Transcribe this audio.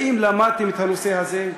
האם למדתם את הנושא הזה?